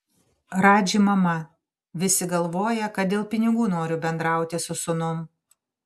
radži mama visi galvoja kad dėl pinigų noriu bendrauti su sūnum